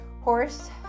horse